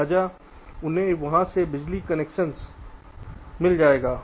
लिहाजा उन्हें वहां से बिजली कनेक्शन मिल जाएगा